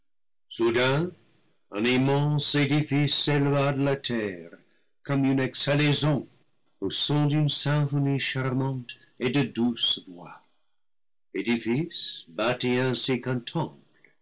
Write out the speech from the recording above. un immense édifice s'éleva de la terre comme une exhalaison au son d'une symphonie charmante et de douces voix édifice bâti ainsi